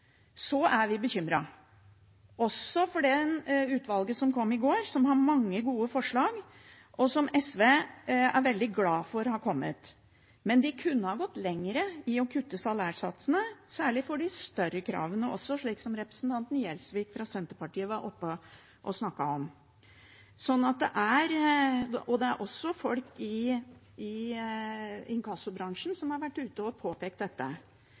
er vi bekymret, også når det gjelder det utvalget som kom i går, som har mange gode forslag, og som SV er veldig glad for har kommet. Men de kunne ha gått lenger i å kutte salærsatsene, særlig for de større kravene også, slik som representanten Gjelsvik fra Senterpartiet var oppe og snakket om. Det er også folk i inkassobransjen som har vært ute og påpekt dette.